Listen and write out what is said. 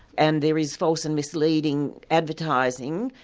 and there is false and misleading advertising,